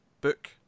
book